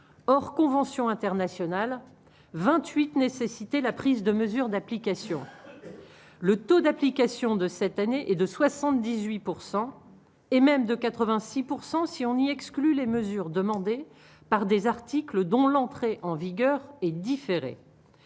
hors conventions internationales 28 nécessité la prise de mesures d'application, le taux d'application de cette année est de 78 pourcent et même de 86 pourcent si on y exclut les mesures demandées par des articles dont l'entrée en vigueur est différé